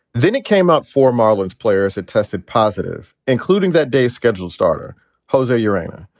then it came up for marlins players that tested positive, including that day's scheduled starter hoser yeah urana.